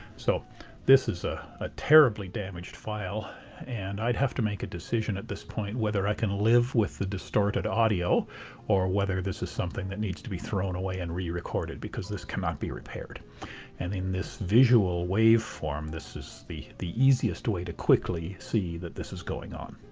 so this is ah a terribly damaged file and i'd have to make a decision at this point whether i can live with the distorted audio or whether this is something that needs to be thrown away and re-recorded because this cannot be repaired and in this visual waveform this is the the easiest way to quickly see that this is going on.